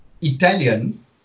Italian